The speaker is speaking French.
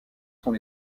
sont